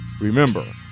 Remember